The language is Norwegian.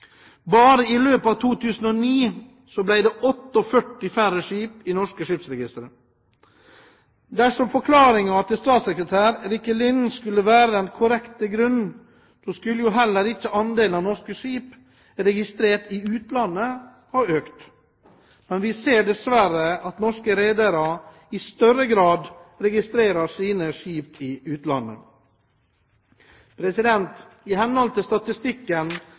2009 ble det 48 færre skip i norske skipsregistre. Dersom forklaringen til statssekretær Rikke Lind var korrekt, skulle jo heller ikke andelen av norske skip registrert i utlandet ha økt. Men vi ser, dessverre, at norske redere i større grad registrerer sine skip i utlandet. I henhold til statistikken